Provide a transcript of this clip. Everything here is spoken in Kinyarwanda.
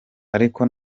ariko